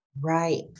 Right